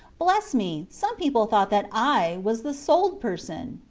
bless me, some people thought that i was the sold person!